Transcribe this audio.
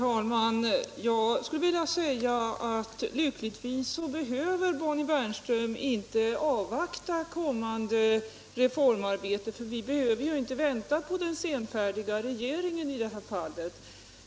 Herr talman! Lyckligtvis behöver Bonnie Bernström inte avvakta kommande reformarbete. Vi behöver inte vänta på den senfärdiga regeringen i det här fallet.